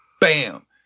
bam